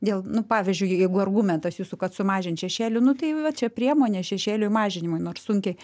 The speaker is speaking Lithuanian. dėl nu pavyzdžiui jeigu argumentas jūsų kad sumažint šešėlių nu tai va čia priemonė šešėliui mažinimui nors sunkiai